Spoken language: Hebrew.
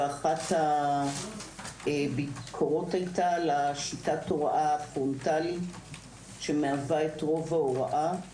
ואחת הביקורות היתה לשיטת ההוראה הפרונטלית שמהווה את רוב ההוראה.